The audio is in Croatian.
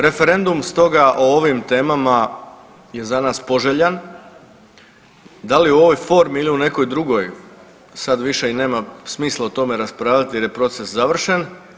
Referendum stoga o ovim temama je za nas poželjan, da li u ovoj formi ili u nekoj drugoj sad više i nema smisla o tome raspravljat jer je proces završen.